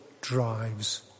drives